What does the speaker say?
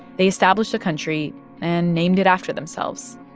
they established a country and named it after themselves.